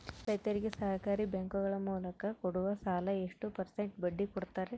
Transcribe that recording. ರೈತರಿಗೆ ಸಹಕಾರಿ ಬ್ಯಾಂಕುಗಳ ಮೂಲಕ ಕೊಡುವ ಸಾಲ ಎಷ್ಟು ಪರ್ಸೆಂಟ್ ಬಡ್ಡಿ ಕೊಡುತ್ತಾರೆ?